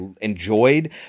enjoyed